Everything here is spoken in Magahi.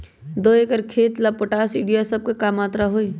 दो एकर खेत के ला पोटाश, यूरिया ये सब का मात्रा होई?